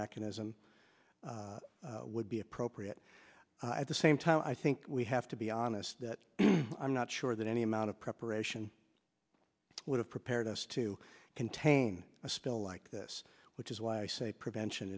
mechanism would be appropriate at the same time i think we have to be honest that i'm not sure that any amount of preparation would have prepared us to contain a spill like this which is why i say prevention